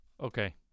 Okay